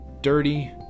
dirty